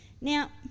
Now